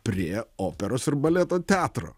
prie operos ir baleto teatro